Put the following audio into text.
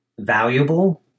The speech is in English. valuable